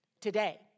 Today